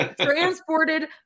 transported